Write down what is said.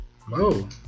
whoa